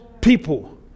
people